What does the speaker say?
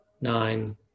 nine